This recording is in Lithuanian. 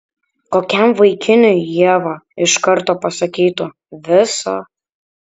kokiam vaikinui ieva iš karto pasakytų viso